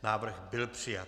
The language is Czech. Návrh byl přijat.